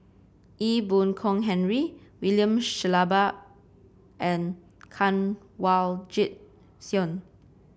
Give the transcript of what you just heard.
Ee Boon Kong Henry William Shellabear and Kanwaljit Soin